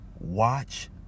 watch